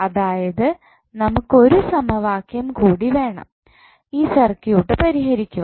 അതായത് നമുക്ക് ഒരു സമവാക്യം കൂടി വേണം ഈ സർക്യൂട്ട് പരിഹരിക്കുവാൻ